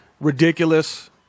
Ridiculous